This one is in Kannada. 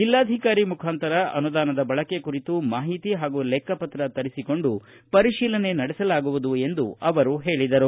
ಜಿಲ್ಲಾಧಿಕಾರಿಗಳ ಮುಖಾಂತರ ಅನುದಾನದ ಬಳಕೆ ಕುರಿತು ಮಾಹಿತಿ ಹಾಗೂ ಲೆಕ್ಕಪಕ್ರ ತರಿಸಿಕೊಂಡು ಪರಿಶೀಲನೆ ನಡೆಸಲಾಗುವುದು ಎಂದು ಅವರು ಹೇಳಿದರು